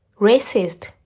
racist